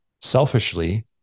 selfishly